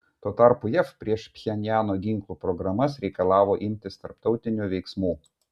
tuo tarpu jav prieš pchenjano ginklų programas reikalavo imtis tarptautinių veiksmų